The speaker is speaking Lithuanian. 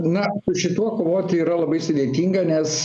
na su šituo kovoti yra labai sudėtinga nes